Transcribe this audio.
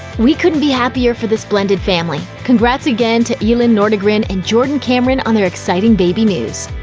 we couldn't be happier for this blended family. congrats again to elin nordegren and jordan cameron on their exciting baby news!